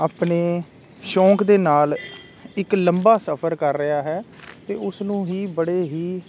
ਆਪਣੇ ਸ਼ੌਂਕ ਦੇ ਨਾਲ ਇੱਕ ਲੰਬਾ ਸਫਰ ਕਰ ਰਿਹਾ ਹੈ ਅਤੇ ਉਸ ਨੂੰ ਹੀ ਬੜੇ ਹੀ